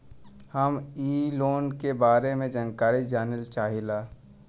हम इ लोन के बारे मे जानकारी जाने चाहीला?